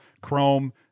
Chrome